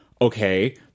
okay